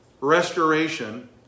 restoration